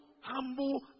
humble